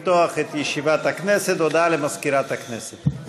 הודעה למזכירת הכנסת.